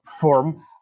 form